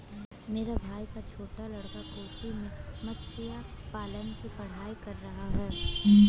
मेरे भाई का छोटा लड़का कोच्चि में मत्स्य पालन की पढ़ाई कर रहा है